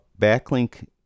backlink